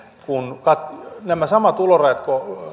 kun nämä samat tulorajat